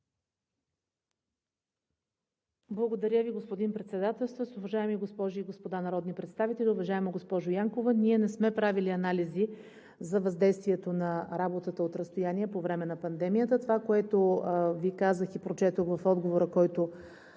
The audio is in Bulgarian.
Благодаря Ви, господин Председател. Уважаеми госпожи и господа народни представители! Уважаема госпожо Янкова, ние не сме правили анализи за въздействието на работата от разстояние по време на пандемията. Това, което Ви казах и прочетох в отговора, който